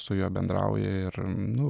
su juo bendrauji ir nu